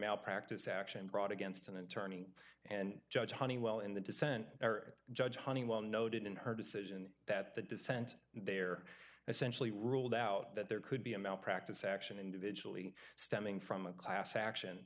malpractise action brought against an attorney and judge honeywell in the dissent or judge honeywell noted in her decision that the dissent there essentially ruled out that there could be a malpractise action individually stemming from a class action